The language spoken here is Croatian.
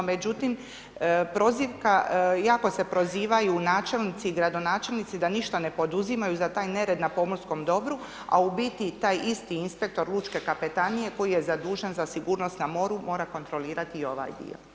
Međutim, prozivka, jako se prozivaju načelnici i gradonačelnici da ništa ne poduzimaju za taj nered na pomorskom dobru, a u biti taj isti inspektor Lučke kapetanije koji je zadužen za sigurnost na moru, mora kontrolirati i ovaj dio.